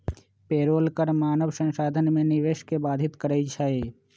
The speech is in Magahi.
पेरोल कर मानव संसाधन में निवेश के बाधित करइ छै